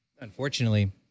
Unfortunately